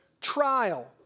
trial